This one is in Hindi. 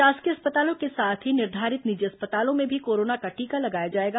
शासकीय अस्पतालों के साथ ही निर्धारित निजी अस्पतालों में भी कोरोना का टीका लगाया जाएगा